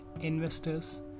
investors